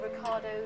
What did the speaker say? Ricardo